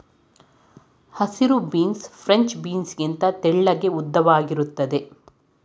ಹಸಿರು beans French beans ಗಿಂತ ತೆಳ್ಳಗೆ ಉದ್ದವಾಗಿರುತ್ತದೆ